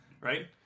right